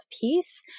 peace